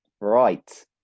Right